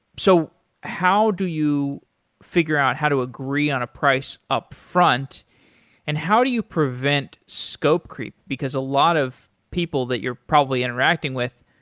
so how do you figure out how to agree on a price upfront and how do you prevent scope creep? because a lot of people that you're probably interacting with,